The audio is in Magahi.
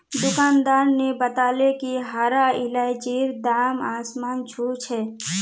दुकानदार न बताले कि हरा इलायचीर दाम आसमान छू छ